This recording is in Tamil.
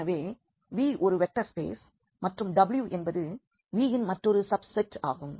எனவே V ஒரு வெக்டர் ஸ்பேஸ் மற்றும் W என்பது Vயின் மற்றொரு சப்செட் ஆகும்